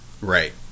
Right